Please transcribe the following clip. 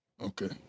Okay